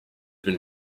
has